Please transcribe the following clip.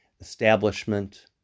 establishment